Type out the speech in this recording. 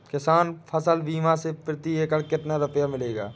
किसान फसल बीमा से प्रति एकड़ कितना रुपया मिलेगा?